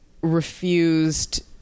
refused